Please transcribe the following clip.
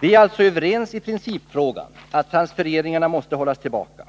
Vi är alltså överens i principfrågan att transfereringarna måste hållas tillbaka.